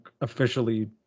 officially